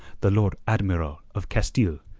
the lord admiral of castile,